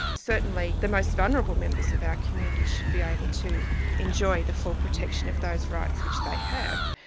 certainly the most vulnerable members of our community should be able to enjoy the full protection of those rights, which they have,